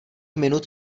minut